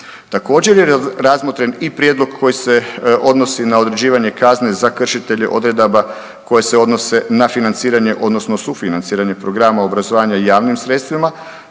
Također je razmotren i prijedlog i koji se odnosi na određivanje kazne za kršitelje odredaba koje se odnose na financiranje odnosno sufinanciranje programa obrazovanja javnim sredstvima